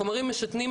חומרים משתנים,